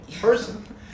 person